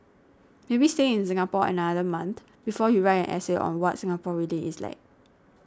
maybe stay in Singapore another month before you write an essay on what Singapore really is like